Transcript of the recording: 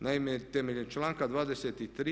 Naime, temeljem članka 23.